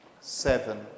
seven